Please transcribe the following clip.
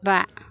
बा